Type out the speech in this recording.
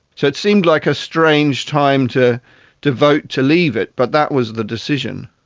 so it seemed like a strange time to to vote to leave it, but that was the decision.